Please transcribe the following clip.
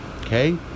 okay